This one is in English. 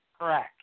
Correct